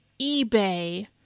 eBay